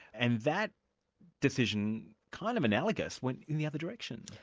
and that decision kind of analogous, went in the other direction.